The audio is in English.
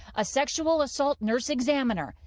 a sexual assault nurseexaminer.